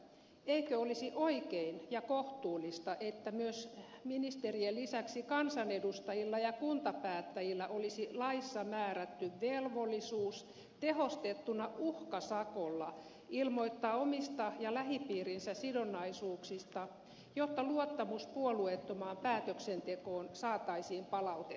eikö olisi oikein ja kohtuullista että myös ministerien lisäksi kansanedustajilla ja kuntapäättäjillä olisi laissa määrätty velvollisuus tehostettuna uhkasakolla ilmoittaa omista ja lähipiirinsä sidonnaisuuksista jotta luottamus puolueettomaan päätöksentekoon saataisiin palautettua